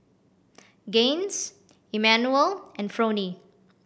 Gaines Emanuel and Fronie